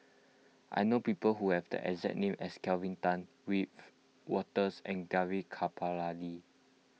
I know people who have the exact name as Kelvin Tan Wiebe Wolters and Gaurav Kripalani